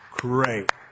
Great